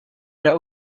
der